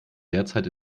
derzeit